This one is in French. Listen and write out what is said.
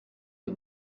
une